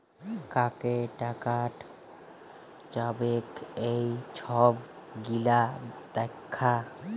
কাকে টাকাট যাবেক এই ছব গিলা দ্যাখা